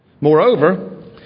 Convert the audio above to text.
Moreover